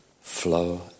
flow